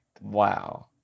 Wow